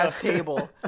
table